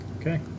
okay